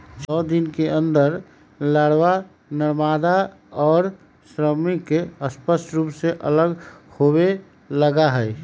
छः दिन के अंतर पर लारवा, नरमादा और श्रमिक स्पष्ट रूप से अलग होवे लगा हई